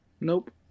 nope